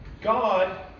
God